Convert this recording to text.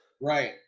right